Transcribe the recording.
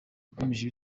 yakomeje